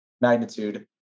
magnitude